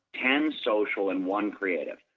ten social, and one creative,